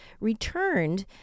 returned